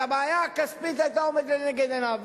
אז הבעיה הכספית היתה עומדת לנגד עיניו.